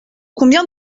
combien